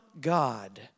God